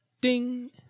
Ding